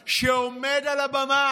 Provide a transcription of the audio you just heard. ואחר כך עומד כאן ראש הממשלה